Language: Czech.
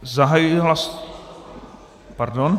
Zahajuji hlas... pardon.